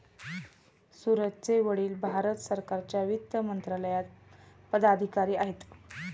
सूरजचे वडील भारत सरकारच्या वित्त मंत्रालयात पदाधिकारी आहेत